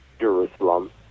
Jerusalem